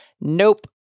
nope